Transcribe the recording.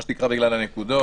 מה שנקרא בגלל הנקודות,